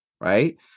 Right